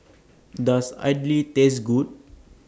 Does Idly Taste Good